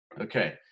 Okay